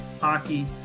hockey